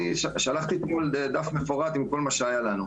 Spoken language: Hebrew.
שלחתי אתמול דף מפורט עם כל מה שהיה לנו.